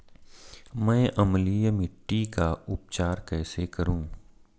मैं अम्लीय मिट्टी का उपचार कैसे करूं?